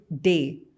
day